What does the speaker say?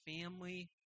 family